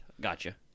Gotcha